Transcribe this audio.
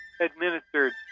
administered